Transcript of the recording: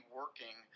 working